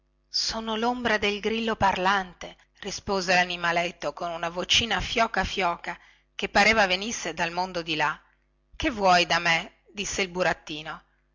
sono lombra del grillo parlante rispose lanimaletto con una vocina fioca fioca che pareva venisse dal mondo di là che vuoi da me disse il burattino